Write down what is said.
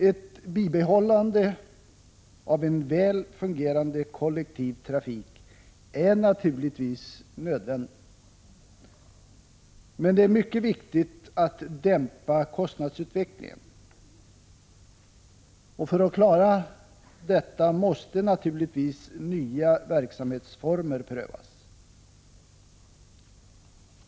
Ett bibehållande av en väl fungerande kollektiv trafik är naturligtvis nödvändig, men det är mycket viktigt att dämpa kostnadsutvecklingen, och för att klara detta måste naturligtvis nya verksamhetsformer prövas.